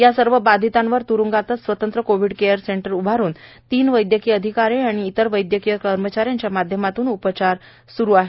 या सर्व बांधितांवर त्रुंगातच स्वतंत्र कोव्हिड केवर सेंटर उभारून तीन वैद्यकीय अधिकारी आणि इतर वैद्यकीय कर्मचाऱ्यांच्या माध्यमातून उपचार सुरू आहेत